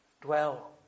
dwell